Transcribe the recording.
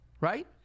right